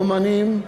אמנים,